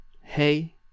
hey